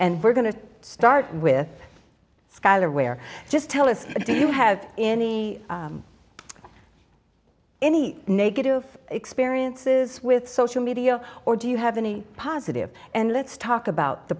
and we're going to start with skyler where just tell us do you have any any negative experiences with social media or do you have any positive and let's talk about the